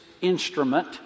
instrument